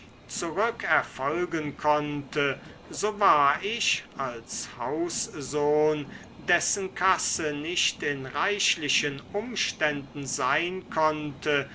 zurückerfolgen konnte so war ich als haussohn dessen kasse nicht in reichlichen umständen sein konnte